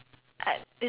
but like